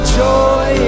joy